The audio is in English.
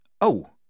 Oh